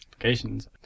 applications